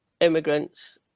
immigrants